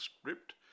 script